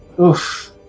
Oof